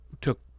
took